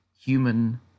human